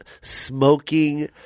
smoking